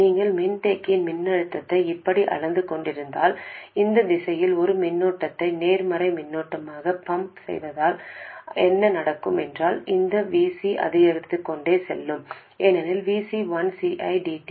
நீங்கள் மின்தேக்கியின் மின்னழுத்தத்தை இப்படி அளந்து கொண்டிருந்தால் அந்த திசையில் ஒரு மின்னோட்டத்தை நேர்மறை மின்னோட்டத்தை பம்ப் செய்தால் என்ன நடக்கும் என்றால் இந்த VC அதிகரித்துக்கொண்டே செல்லும் ஏனெனில் VC 1CI dt